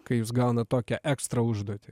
kai jūs gaunat tokią ekstra užduotį